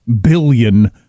billion